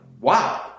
wow